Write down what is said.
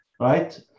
right